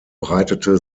breitete